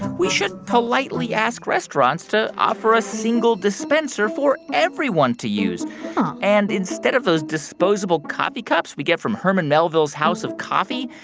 we should politely ask restaurants to offer a single dispenser for everyone to use huh and instead of those disposable coffee cups we get from herman melville's house of coffee.